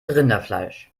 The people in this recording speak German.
rinderfleisch